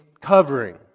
covering